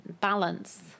balance